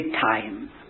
time